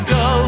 go